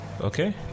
Okay